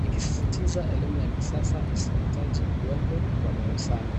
ikisisitiza elimu ya kisasa isiyohitaji uwepo wa darasani.